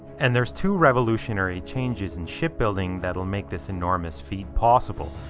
and there's two revolutionary changes in shipbuilding that'll make this enormous feed possible.